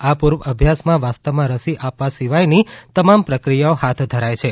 આ પૂર્વાભ્યાસમાં વાસ્તવમાં રસી આપવા સિવાયની તમામ પ્રક્રિયાઓ હાથ ધરાય છે